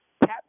cap